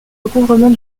recouvrement